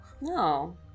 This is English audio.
No